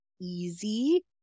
easy